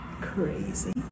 crazy